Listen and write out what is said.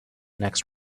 next